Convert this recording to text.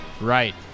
Right